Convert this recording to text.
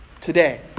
today